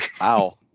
wow